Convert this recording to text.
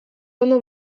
ondo